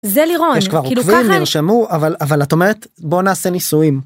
‫זה לירון, כאילו ככה... ‫-יש כבר עוקבים, נרשמו, אבל... ‫אבל את אומרת, בואו נעשה ניסויים.